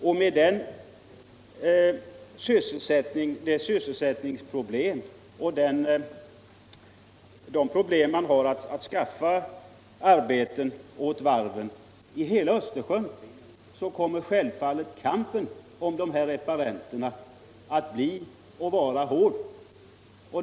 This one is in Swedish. Eftersom det runt hela Östersjön finns problem när det gäller varvssysselsättningen och när det gäller att skaffa arbeten kommer självfallet kampen om de här reparenterna att bli hård.